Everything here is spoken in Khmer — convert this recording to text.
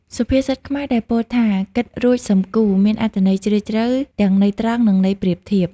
សុភាសិតខ្មែរដែលពោលថា «គិតរួចសឹមគូរ» មានអត្ថន័យជ្រាលជ្រៅទាំងន័យត្រង់និងន័យប្រៀបធៀប។